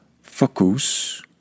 focus